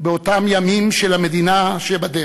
באותם ימים של המדינה שבדרך,